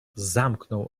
zamknął